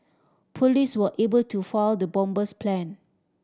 police were able to foil the bomber's plan